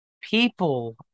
people